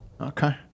Okay